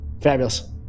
Fabulous